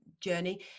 journey